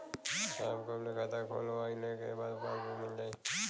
साहब कब ले खाता खोलवाइले के बाद पासबुक मिल जाई?